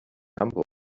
hamburg